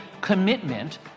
commitment